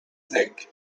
neck